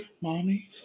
mommy